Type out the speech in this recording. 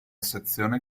sezione